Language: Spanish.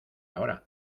ahora